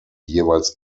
jeweils